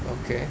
okay